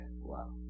wow